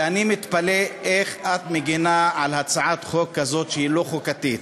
ואני מתפלא איך את מגינה על הצעת חוק כזאת שהיא לא-חוקתית.